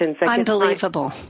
Unbelievable